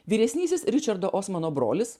vyresnysis ričardo osmano brolis